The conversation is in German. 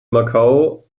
macau